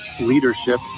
leadership